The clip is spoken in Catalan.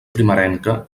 primerenca